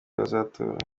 bazatora